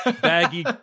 baggy